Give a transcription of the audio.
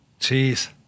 Jeez